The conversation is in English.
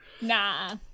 Nah